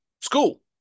school